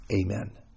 Amen